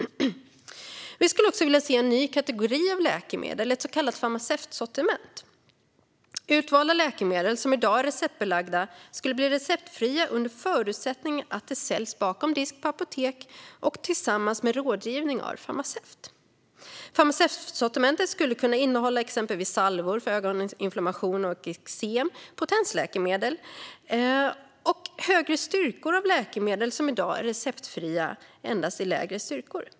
Vi skulle också vilja se en ny kategori av läkemedel, ett så kallat farmaceutsortiment. Utvalda läkemedel som i dag är receptbelagda skulle bli receptfria under förutsättning att de säljs bakom disk på apotek och tillsammans med rådgivning av farmaceut. Farmaceutsortimentet skulle exempelvis kunna innehålla salvor vid ögoninflammation och eksem, potensläkemedel och läkemedel med högre styrkor som i dag är receptfria endast i lägre styrkor.